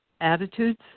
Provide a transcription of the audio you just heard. attitudes